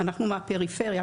אנחנו מהפריפריה,